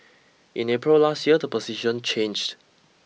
in April last year the position changed